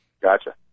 Gotcha